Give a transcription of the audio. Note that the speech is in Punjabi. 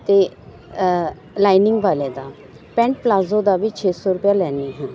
ਅਤੇ ਲਾਈਨਿੰਗ ਵਾਲੇ ਦਾ ਪੈਂਟ ਪਲਾਜੋ ਦਾ ਵੀ ਛੇ ਸੌ ਰੁਪਇਆ ਲੈਂਦੀ ਹਾਂ